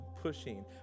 pushing